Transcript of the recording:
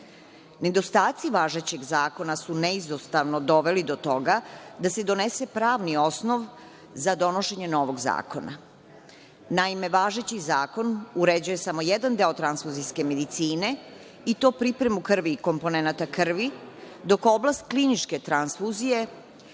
važećeg zakona su neizostavno doveli do toga da se donese pravni osnov za donošenje novog zakona. Naime, važeći zakon uređuje samo jedan deo transfuzijske medicine i to pripremu krvi i komponenata krvi, dok oblast kliničke transfuzije,